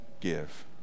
give